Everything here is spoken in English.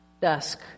dusk